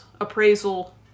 appraisal